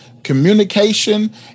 communication